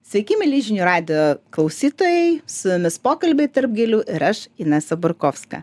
sveiki mieli žinių radijo klausytojai su jumis pokalbiai tarp gėlių ir aš inesa burkovska